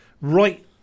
Right